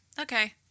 okay